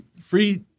free